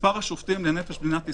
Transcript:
מספר השופטים לנפש במדינת ישראל,